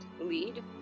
lead